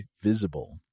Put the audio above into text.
Visible